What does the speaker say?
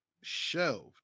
shelved